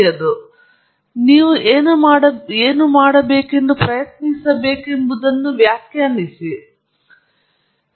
ಆ ರೀತಿ ನೀವು ಏನು ಮಾಡಬೇಕೆಂದು ಪ್ರಯತ್ನಿಸಬೇಕೆಂಬುದನ್ನು ವ್ಯಾಖ್ಯಾನಿಸಿ ಆದ್ದರಿಂದ ಅದು ನಿರ್ಬಂಧಗಳು